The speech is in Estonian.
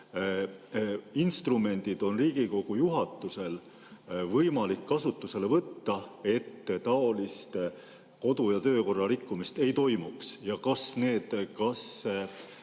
instrumendid on Riigikogu juhatusel võimalik kasutusele võtta, et taolist kodu‑ ja töökorra rikkumist ei toimuks. Ja kas see on ka